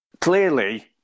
clearly